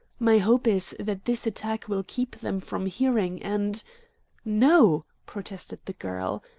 my hope is that this attack will keep them from hearing, and no, protested the girl.